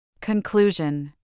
Conclusion